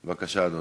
בבקשה, אדוני.